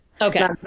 okay